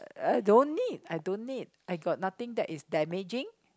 I don't need I don't need I got nothing that is damaging